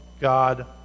God